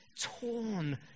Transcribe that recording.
torn